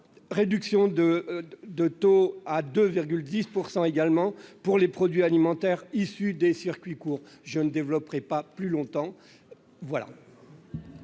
le taux de TVA à 2,1 % également pour les produits alimentaires issus des circuits courts. Je ne développerai pas plus avant mon